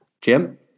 Jim